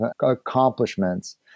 accomplishments